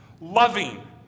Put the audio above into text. loving